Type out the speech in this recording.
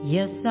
Yes